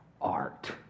art